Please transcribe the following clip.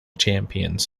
champions